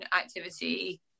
activity